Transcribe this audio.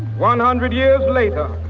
one hundred years later,